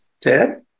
Ted